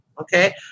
okay